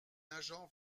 agent